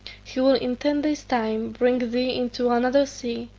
he will in ten days' time bring thee into another sea,